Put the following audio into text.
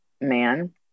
man